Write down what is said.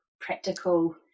practical